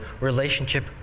relationship